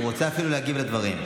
הוא רוצה אפילו להגיב על הדברים.